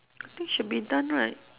I think should be done right